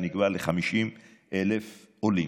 שנקבע על 50,000 עולים.